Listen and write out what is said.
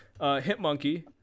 Hitmonkey